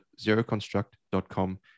zeroconstruct.com